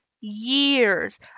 years